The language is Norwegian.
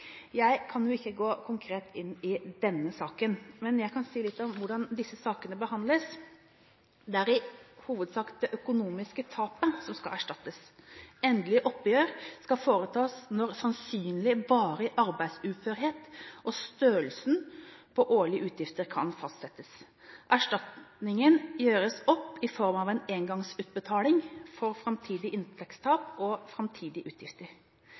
Jeg kan ikke gå konkret inn i denne saken, men jeg kan si litt om hvordan disse sakene behandles. Det er i hovedsak det økonomiske tapet som skal erstattes. Endelig oppgjør skal foretas når sannsynlig varig arbeidsuførhet og størrelsen på årlige utgifter kan fastsettes. Erstatningen gjøres opp i form av en engangsutbetaling for framtidig inntektstap og framtidige utgifter.